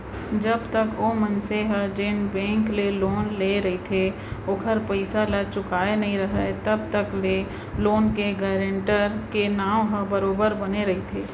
जब तक ओ मनसे ह जेन बेंक ले लोन लेय रहिथे ओखर पइसा ल चुकाय नइ राहय तब तक ले लोन के गारेंटर के नांव ह बरोबर बने रहिथे